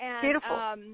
Beautiful